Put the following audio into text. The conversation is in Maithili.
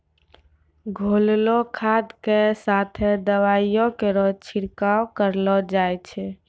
घोललो खाद क साथें दवाइयो केरो छिड़काव करलो जाय छै?